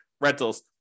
rentals